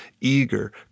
eager